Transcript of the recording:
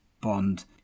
Bond